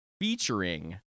featuring